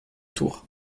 tour